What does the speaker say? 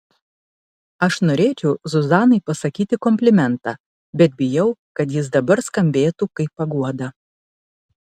aš norėčiau zuzanai pasakyti komplimentą bet bijau kad jis dabar skambėtų kaip paguoda